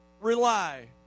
rely